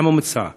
זה הממוצע,